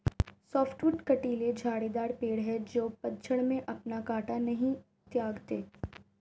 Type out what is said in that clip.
softwood कँटीले झाड़ीदार पेड़ हैं जो पतझड़ में अपना काँटा नहीं त्यागते